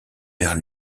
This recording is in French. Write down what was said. vers